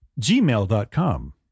gmail.com